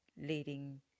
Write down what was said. leading